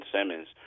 Simmons